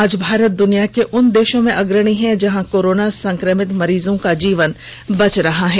आज भारत दुनिया के उन देशों में अग्रणी है जहां कोरोना संक्रमित मरीजों का जीवन बच रहा है